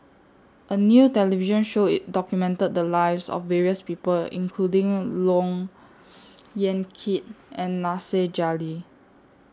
A New television Show IT documented The Lives of various People including Look Yan Kit and Nasir Jalil